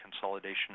consolidation